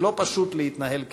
זה לא פשוט להתנהל כעצמאי.